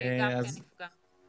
גם כן נפגע.